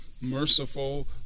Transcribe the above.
merciful